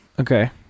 Okay